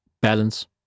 balance